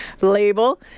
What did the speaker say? label